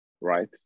Right